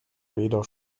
weder